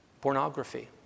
pornography